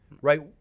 right